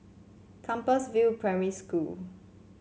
Compassvale Primary School